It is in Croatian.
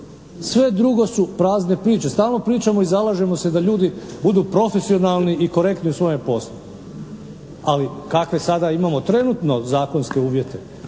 Sve drugo su prazne priče. Stalno pričamo i zalažemo se da ljudi budu profesionalni i korektni u svome poslu. Ali kakve sada imamo trenutno zakonske uvjete?